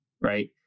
right